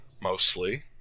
mostly